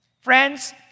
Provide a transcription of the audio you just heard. Friends